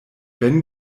ben